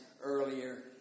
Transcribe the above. earlier